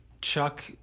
Chuck